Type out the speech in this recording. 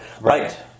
Right